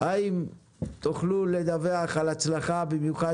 אומר כמה דברים כלליים: מטיבו של משרד שעוסק בתשתיות ארוכות טווח,